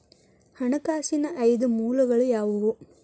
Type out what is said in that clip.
ಹಣಕಾಸಿನ ಐದು ಮೂಲಗಳು ಯಾವುವು?